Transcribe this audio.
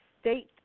state